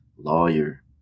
Lawyer